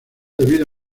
debido